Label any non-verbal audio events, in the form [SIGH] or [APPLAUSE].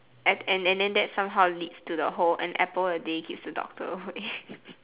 add and then that somehow leads to the whole an apple a day keeps the doctor away [LAUGHS]